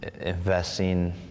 investing